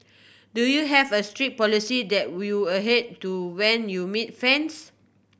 do you have a strict policy that will you adhere to when you meet fans